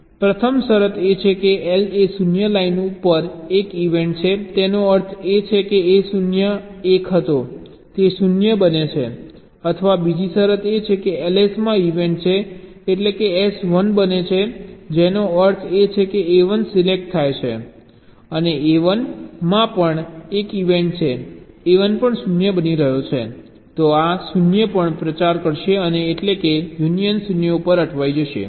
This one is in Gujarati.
પ્રથમ શરત એ છે કે LA 0 લાઇન ઉપર એક ઇવેન્ટ છે તેનો અર્થ એ કે A0 1 હતો તે 0 બને છે અથવા બીજી શરત છે કે LS માં ઇવેન્ટ છે એટલે S 1 બને છે જેનો અર્થ છે A1 સિલેક્ટ થાય છે અને A1 માં પણ એક ઇવેન્ટ છે A1 પણ 0 બની રહ્યો છે તો આ 0 પણ પ્રચાર કરશે અને એટલેકે યુનિયન 0 ઉપર અટવાઈ જશે